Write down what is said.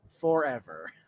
forever